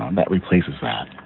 um that replaces that.